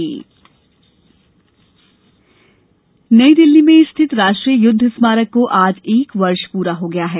स्मारक नईदिल्ली में स्थित राष्ट्रीय युद्ध स्मारक को आज एक वर्ष पूरा हो गया है